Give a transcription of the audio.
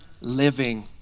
living